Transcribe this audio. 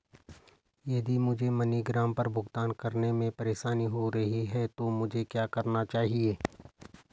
यदि मुझे मनीग्राम पर भुगतान करने में परेशानी हो रही है तो मुझे क्या करना चाहिए?